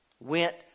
went